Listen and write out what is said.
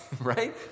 Right